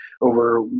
over